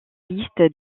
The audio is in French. liste